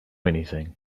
anything